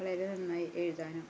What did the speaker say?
വളരെ നന്നായി എഴുതാനും